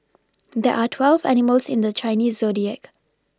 there're twelve animals in the Chinese zodiac